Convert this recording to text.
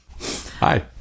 hi